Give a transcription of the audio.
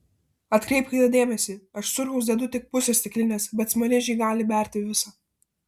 atkreipkite dėmesį aš cukraus dedu tik pusę stiklinės bet smaližiai gali berti visą